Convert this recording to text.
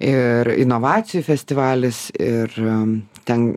ir inovacijų festivalis ir ten